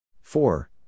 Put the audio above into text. Four